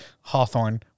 Hawthorne